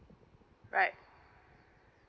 right